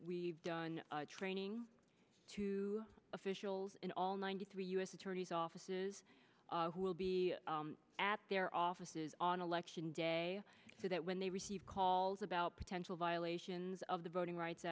we done training to officials in all ninety three u s attorneys offices who will be at their offices on election day so that when they receive calls about potential violations of the voting rights